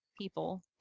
people